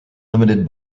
limited